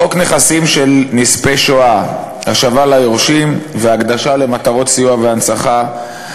חוק נכסים של נספי השואה (השבה ליורשים והקדשה למטרות סיוע והנצחה),